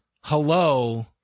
hello